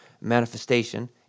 manifestation